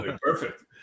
perfect